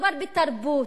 מדובר בתרבות.